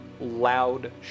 loud